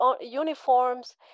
uniforms